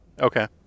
Okay